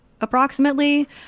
approximately